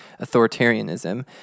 authoritarianism